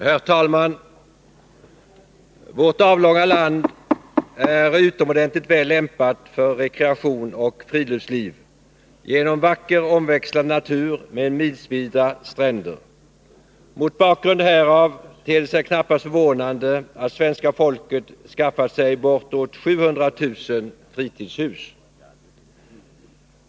Herr talman! Vårt avlånga land är utomordentligt väl lämpat för rekreation och friluftsliv genom vacker, omväxlande natur med milsvida stränder. Mot bakgrund härav ter det sig knappast förvånande att svenska folket skaffat sig bortåt 700 000 fritidshus.